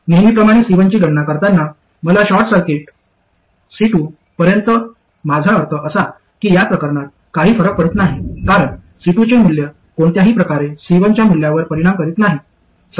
नेहमीप्रमाणे C1 ची गणना करताना आपला शॉर्ट सर्किट C2 परंतु माझा अर्थ असा आहे की या प्रकरणात काही फरक पडत नाही कारण C2 चे मूल्य कोणत्याही प्रकारे C1 च्या मूल्यावर परिणाम करीत नाही